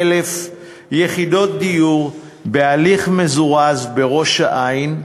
הקמנו 16,500 יחידות דיור בהליך מזורז בראש-העין.